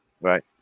right